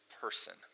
person